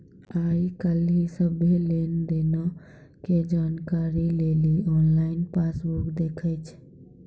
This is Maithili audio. आइ काल्हि सभ्भे लेन देनो के जानकारी लेली आनलाइन पासबुक देखै छै